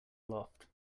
aloft